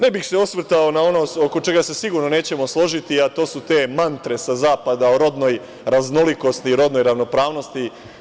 Ne bih se osvrtao na ono oko čega se sigurno nećemo složiti, a to su te mantre sa zapada o rodnoj raznolikosti i rodnoj ravnopravnosti.